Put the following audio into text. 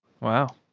Wow